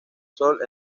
sol